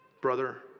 Brother